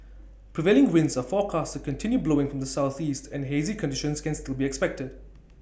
prevailing winds are forecast to continue blowing from the Southeast and hazy conditions can still be expected